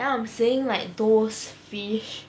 ya I'm saying like those fish